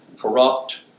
corrupt